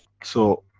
so,